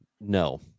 no